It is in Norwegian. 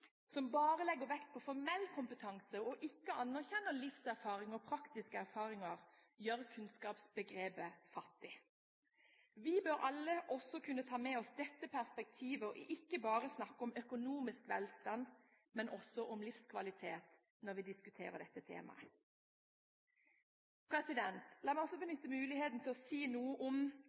som bare legger vekt på formell kompetanse og ikke anerkjenner livserfaring og praktiske erfaringer, gjør kunnskapsbegrepet fattig. Vi bør alle også kunne ta med oss dette perspektivet, og ikke bare snakke om økonomisk velstand, men også om livskvalitet når vi diskuterer dette temaet. La meg også benytte muligheten til å si noe om